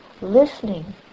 listening